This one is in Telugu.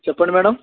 చెప్పండి మేడమ్